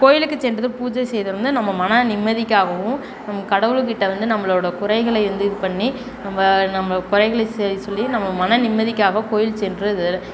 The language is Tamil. கோயிலுக்கு சென்று பூஜை செய்வது வந்து நம்ப மன நிம்மதிக்காகவும் நம்ம கடவுள்கிட்ட வந்து நம்மளோடய குறைகளை வந்து இது பண்ணி நம்ப நம்ப குறைகளை சொல்லி நம்ம மன நிம்மதிக்காக கோயில் சென்று